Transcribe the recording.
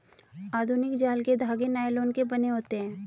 आधुनिक जाल के धागे नायलोन के बने होते हैं